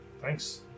Thanks